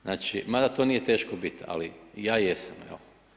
Znači, mada to nije teško biti, ali ja jesam, evo.